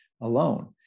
alone